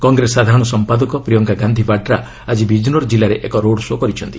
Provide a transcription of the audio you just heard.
କଂଗ୍ରେସ ସାଧାରଣ ସମ୍ପାଦକ ପ୍ରିୟଙ୍କା ଗାନ୍ଧି ବାଡ୍ରା ଆଜି ବିଜ୍ନୋର୍ ଜିଲ୍ଲାରେ ଏକ ରୋଡ୍ ଶୋ' କରିଛନ୍ତି